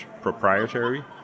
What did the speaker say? proprietary